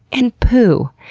and poo.